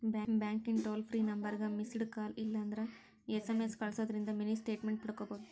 ಬ್ಯಾಂಕಿಂದ್ toll free ನಂಬರ್ಗ missed call ಇಲ್ಲಂದ್ರ ಎಸ್.ಎಂ.ಎಸ್ ಕಲ್ಸುದಿಂದ್ರ ಮಿನಿ ಸ್ಟೇಟ್ಮೆಂಟ್ ಪಡ್ಕೋಬೋದು